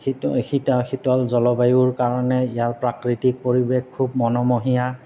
শীতল জলবায়ুৰ কাৰণে ইয়াৰ প্ৰাকৃতিক পৰিৱেশ খুব মনোমোহা